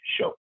show